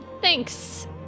thanks